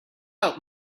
out